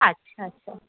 আচ্ছা আচ্ছা